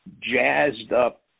jazzed-up